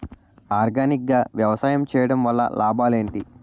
Organic గా వ్యవసాయం చేయడం వల్ల లాభాలు ఏంటి?